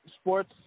sports